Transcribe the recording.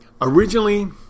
Originally